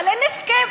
אבל אין הסכם.